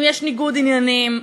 אם יש ניגוד עניינים,